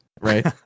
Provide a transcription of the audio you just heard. right